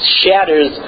shatters